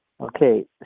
Okay